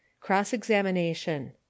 cross-examination